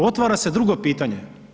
Otvara se drugo pitanje.